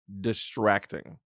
distracting